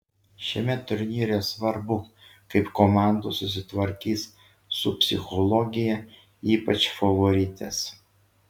šiame turnyre svarbu kaip komandos susitvarkys su psichologija ypač favoritės